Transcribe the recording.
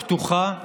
פתוחה.